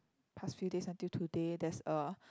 past few days until today there's a